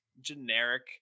generic